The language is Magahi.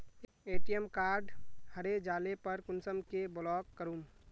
ए.टी.एम कार्ड हरे जाले पर कुंसम के ब्लॉक करूम?